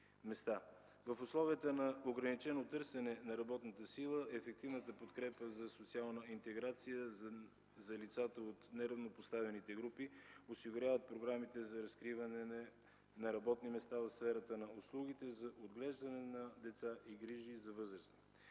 В условията на ограничено търсене на работна сила ефективната подкрепа за социална интеграция за лицата от неравнопоставените групи осигуряват програмите за разкриване на работни места в сферата на услугите, за отглеждане на деца и грижи за възрастни.